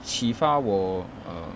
启发我 err